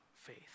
faith